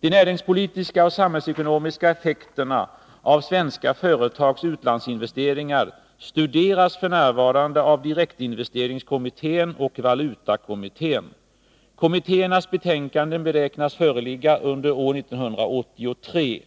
De näringspolitiska och samhällsekonomiska effekterna av svenska företags utlandsinvesteringar studeras f. n. av direktinvesteringskommittén och valutakommittén. Kommittéernas betänkanden beräknas föreligga under år 1983.